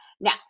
Now